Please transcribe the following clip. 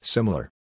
Similar